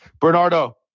Bernardo